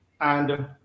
And-